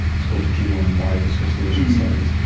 it's called genome wide association studies,